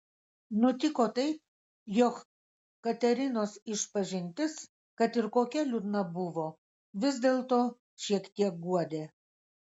nutiko taip jog katerinos išpažintis kad ir kokia liūdna buvo vis dėlto šiek tiek guodė